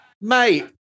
mate